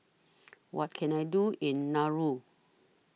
What Can I Do in Nauru